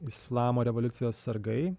islamo revoliucijos sargai